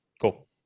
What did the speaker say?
cool